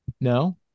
No